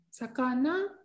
Sakana